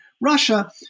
Russia